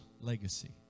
legacy